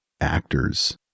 actors